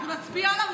אנחנו נצביע לו,